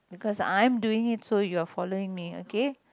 because I am doing it so you are following me okay